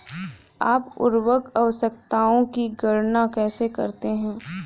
आप उर्वरक आवश्यकताओं की गणना कैसे करते हैं?